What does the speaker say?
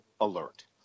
alert